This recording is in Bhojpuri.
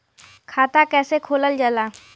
खाता कैसे खोलल जाला?